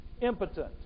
impotent